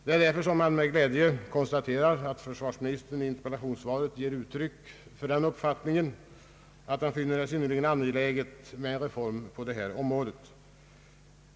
Jag konstaterar därför med glädje att försvarsministern i interpellationssvaret ger uttryck för den uppfattningen att han finner det synnerligen angeläget med en reform på det här området.